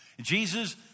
Jesus